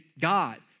God